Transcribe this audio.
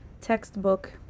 textbook